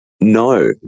No